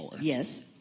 Yes